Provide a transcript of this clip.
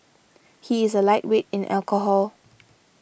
he is a lightweight in alcohol